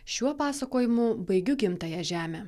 šiuo pasakojimu baigiu gimtąją žemę